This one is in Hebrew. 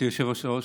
גברתי היושבת-ראש,